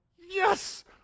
Yes